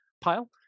pile